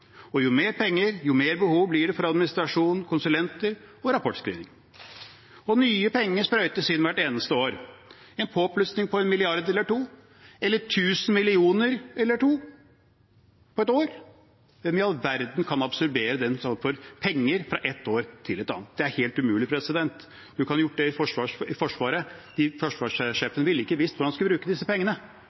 og å følge opp, og jo mer penger, jo mer behov blir det for administrasjon, konsulenter og rapportskriving. Nye penger sprøytes inn hvert eneste år – en påplussing på en milliard eller to – eller tusen millioner eller to – på ett år? Hvem i all verden kan absorbere den form for penger fra et år til et annet? Det er helt umulig. Hadde man gjort det til Forsvaret, ville ikke forsvarssjefen visst hvor han skulle bruke disse pengene.